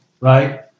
right